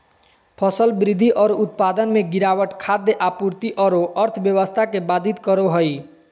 फसल वृद्धि और उत्पादन में गिरावट खाद्य आपूर्ति औरो अर्थव्यवस्था के बाधित करो हइ